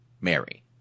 Mary